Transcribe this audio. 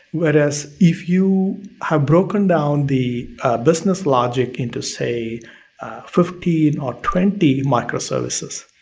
whereas if you have broken down the business logic into say fifteen or twenty microservices,